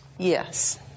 Yes